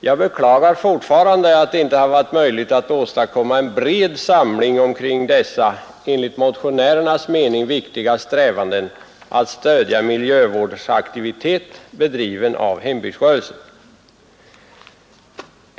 Jag beklagar fortfarande att det inte har varit möjligt att åstadkomma en bred samling omkring dessa enligt motionärernas mening viktiga strävanden att stödja miljövårdsaktivitet bedriven av hembygdsrörelsen.